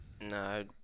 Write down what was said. No